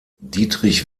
dietrich